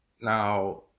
Now